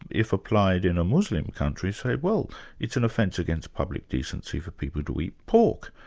if applied in a muslim country, say well it's an offence against public decency for people to eat pork,